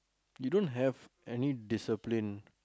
you don't have an discipline